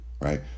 Right